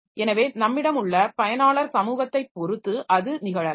எனவே நம்மிடம் உள்ள பயனாளர் சமூகத்தைப் பொறுத்து அது நிகழலாம்